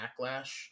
backlash